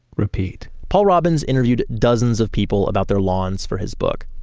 repeat paul robbins interviewed dozens of people about their lawns for his book.